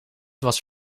was